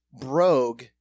brogue